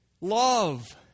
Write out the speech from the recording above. Love